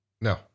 No